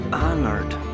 honored